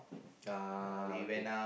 uh okay